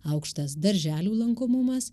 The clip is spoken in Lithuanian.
aukštas darželių lankomumas